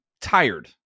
tired